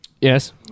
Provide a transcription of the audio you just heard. Yes